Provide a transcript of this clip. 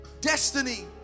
destiny